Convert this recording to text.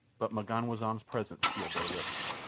but m'ganwazam's presence sealed their lips.